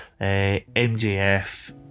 MJF